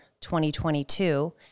2022